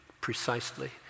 precisely